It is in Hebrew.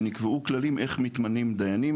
ונקבעו כללים איך מתמנים דיינים